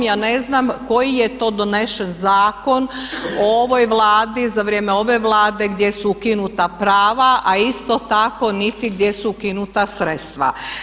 Ja ne znam koji je to donesen zakon o ovoj Vladi, za vrijeme ove Vlade gdje su ukinuta prava, a isto tako niti gdje su ukinuta sredstva.